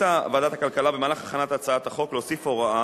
ועדת הכלכלה החליטה במהלך הכנת הצעת החוק להוסיף הוראה